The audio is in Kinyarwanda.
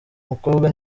mukobwa